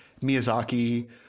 Miyazaki